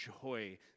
joy